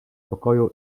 spokoju